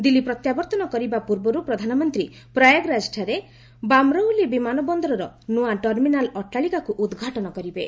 ଦିଲ୍ଲୀ ପ୍ରତ୍ୟାବର୍ତ୍ତନ କରିବା ପୂର୍ବରୁ ପ୍ରଧାନମନ୍ତ୍ରୀ ପ୍ରୟାଗରାଜ୍ଠାରେ ବାମ୍ରଉଲି ବିମାନ ବନ୍ଦରର ନୂଆ ଟର୍ମିନାଲ୍ ଅଟ୍ଟାଳିକାକୁ ଉଦ୍ଘାଟନ କରିବେ